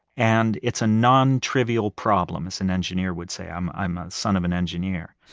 and it's a nontrivial problem as an engineer would say. i'm i'm a son of an engineer.